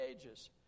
ages